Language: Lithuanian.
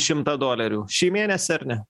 šimtą dolerių šį mėnesį ar ne